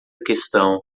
questão